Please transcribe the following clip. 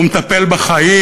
והוא מטפל בחיים,